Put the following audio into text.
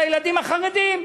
לילדים החרדים.